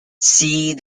see